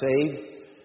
saved